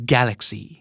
Galaxy